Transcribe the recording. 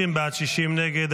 50 בעד, 60 נגד.